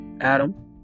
Adam